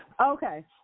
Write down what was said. Okay